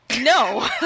No